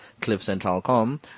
CliffCentral.com